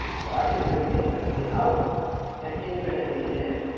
so i can zoom infinitely out an infinitely in